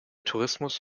tourismus